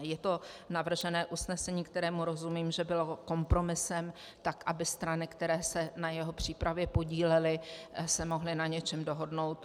Je to navržené usnesení, kterému rozumím, že bylo kompromisem, tak aby se strany, které se na jeho přípravě podílely, mohly na něčem dohodnout.